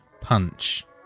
punch